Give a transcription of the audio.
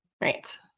Right